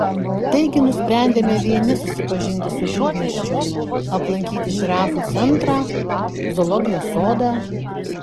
taigi nusprendėme vieni susipažinti su didmiesčiu aplankyti žirafų centrą zoologijos sodą